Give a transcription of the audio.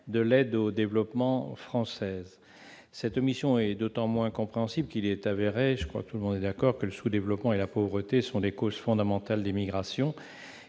de l'aide au développement française. Cette omission est d'autant moins compréhensible qu'il est avéré que le sous-développement et la pauvreté sont des causes fondamentales des migrations,